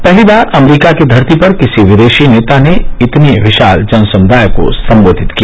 पहली बार अमरीका की धरती पर किसी विदेशी नेता ने इतने विशाल जनसमुदाय को संबोधित किया